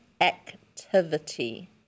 activity